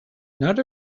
not